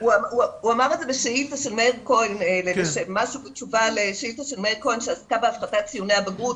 הוא אמר את זה בתשובה לשאילתה של מאיר כהן שעסקה בהפחתת ציוני בגרות.